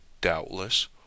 Doubtless